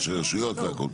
ראשי רשויות וכולה.